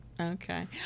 Okay